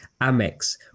Amex